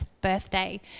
birthday